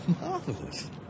Marvelous